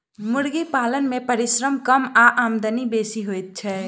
मुर्गी पालन मे परिश्रम कम आ आमदनी बेसी होइत छै